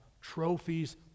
trophies